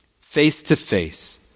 Face-to-face